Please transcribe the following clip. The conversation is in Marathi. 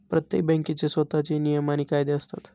प्रत्येक बँकेचे स्वतःचे नियम आणि कायदे असतात